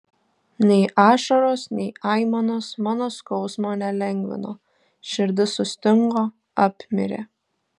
nei ašaros nei aimanos mano skausmo nelengvino širdis sustingo apmirė